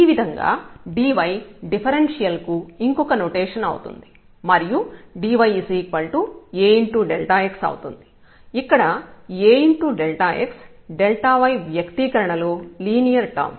ఈ విధంగా dy differential కు ఇంకొక నోటేషన్ అవుతుంది మరియు dyAx అవుతుంది ఇక్కడ Ax y వ్యక్తీకరణలో లీనియర్ టర్మ్